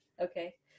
okay